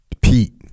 Pete